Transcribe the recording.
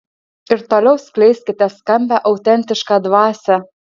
ir toliau skleiskite skambią autentišką dvasią